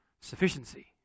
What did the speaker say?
sufficiency